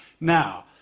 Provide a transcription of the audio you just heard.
Now